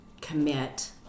commit